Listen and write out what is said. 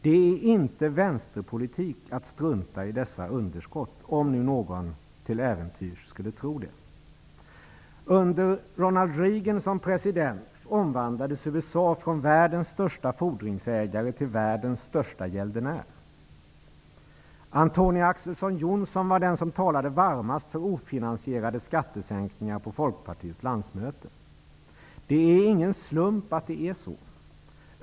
Det är inte vänsterpolitik att strunta i dessa underskott, om nu någon till äventyrs skulle tro det. USA från världens största fordringsägare till världens största gäldenär. Antonia Axelsson Johnsson var den som talade varmast för ofinansierade skattesänkningar på Folkpartiets landsmöte. Det är ingen slump att det är så.